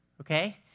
okay